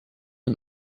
and